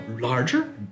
larger